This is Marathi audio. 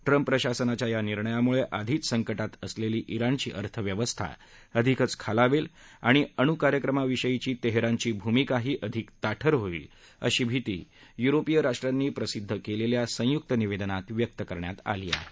ट्रम्प प्रशासनाच्या या निर्णयामुळे आधीच संकटात असलेली इराणची अर्थव्यवस्था अधिकच खालावेल आणि अणुकार्यक्रमाविषयीची तेहरानची भूमिकाही अधिक ताठर होईल अशी भिती युरोपीय राष्ट्रांनी प्रसिद्ध केलेल्या संयुक्त निवेदनात व्यक्त केली आहे